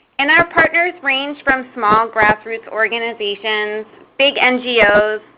and our partners range from small grassroots organizations, big ngos,